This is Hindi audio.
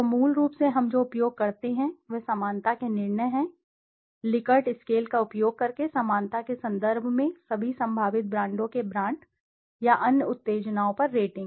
तो मूल रूप से हम जो उपयोग करते हैं वह समानता के निर्णय हैं लिकर्ट स्केल का उपयोग करके समानता के संदर्भ में सभी संभावित ब्रांडों के ब्रांड या अन्य उत्तेजनाओं पर रेटिंग